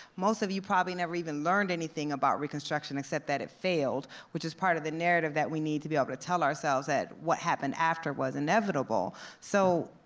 most of you probably never even learned anything about reconstruction except that it failed, which is part of the narrative that we need to be able to tell ourselves that what happened after was inevitable. so,